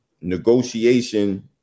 negotiation